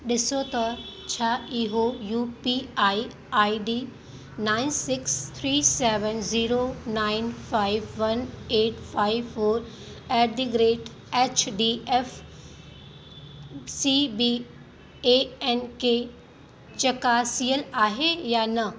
ॾिसो त छा इहो U P I I D nine six three seven zero nine five one eight five four eight the rate H D F C B A N K चकासियल आहे या न